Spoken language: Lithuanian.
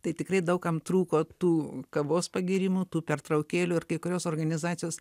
tai tikrai daug kam trūko tų kavos pagėrimų tų pertraukėlių ir kai kurios organizacijos